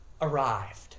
arrived